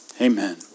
Amen